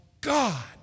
God